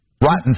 Rotten